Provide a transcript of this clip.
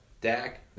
Dak